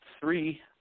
three